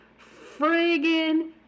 friggin